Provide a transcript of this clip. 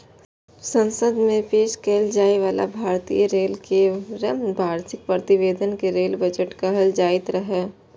संसद मे पेश कैल जाइ बला भारतीय रेल केर वार्षिक प्रतिवेदन कें रेल बजट कहल जाइत रहै